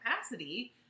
capacity